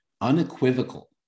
unequivocal